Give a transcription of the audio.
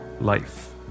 life